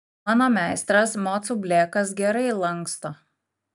mano meistras mocų blėkas gerai lanksto